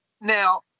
Now